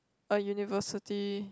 a university